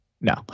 No